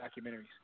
documentaries